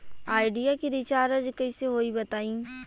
Idea के recharge कइसे होई बताईं?